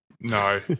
No